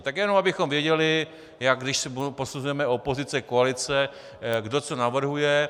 Tak jenom abychom věděli, když posuzujeme opozice, koalice, kdo co navrhuje.